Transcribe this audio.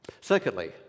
Secondly